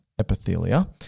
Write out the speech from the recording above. epithelia